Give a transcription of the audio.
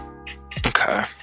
Okay